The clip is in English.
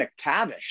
McTavish